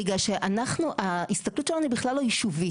בגלל שאנחנו, ההסתכלות שלנו היא בכלל לא יישובית.